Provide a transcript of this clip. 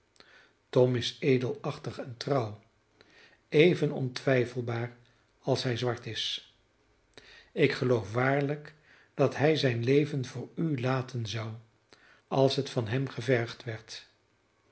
tom is edelachtig en trouw even ontwijfelbaar als hij zwart is ik geloof waarlijk dat hij zijn leven voor u laten zou als het van hem gevergd werd